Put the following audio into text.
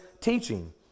teaching